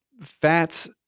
fats